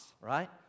right